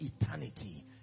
eternity